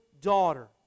daughter